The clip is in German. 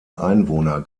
einwohner